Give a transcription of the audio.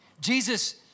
Jesus